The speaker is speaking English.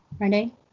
Ready